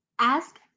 ask